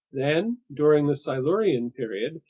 then, during the silurian period,